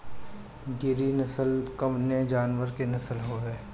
गिरी नश्ल कवने जानवर के नस्ल हयुवे?